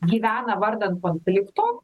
gyvena vardan konflikto